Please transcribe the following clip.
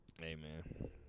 Amen